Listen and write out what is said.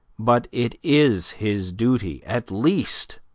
but it is his duty, at least,